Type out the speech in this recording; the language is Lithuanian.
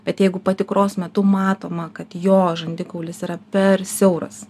bet jeigu patikros metu matoma kad jo žandikaulis yra per siauras